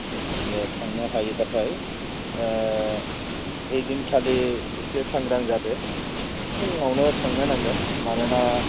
उम दे थांनो हायोबाथाय ओ ओइदिनखालि एसे सांग्रां जादो फुङावनो थांनो नांगोन मानोना